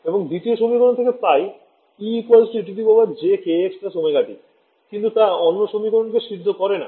এবং দ্বিতীয় সমীকরণ থেকে পাই E ejkxωt কিন্তু তা অন্য সমীকরণ কে সিদ্ধ করে না